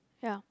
yeah